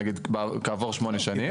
נגיד כעבור שמונה שנים.